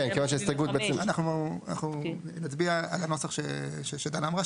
אנחנו נצביע על הנוסח שדנה אמרה,